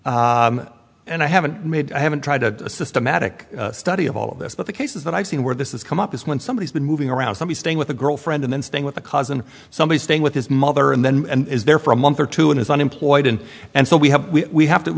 seen and i haven't made i haven't tried a systematic study of all of this but the cases that i've seen where this is come up is when somebody's been moving around somebody staying with a girlfriend and then staying with the cars and somebody staying with his mother and then and is there for a month or two and is unemployed and and so we have we have to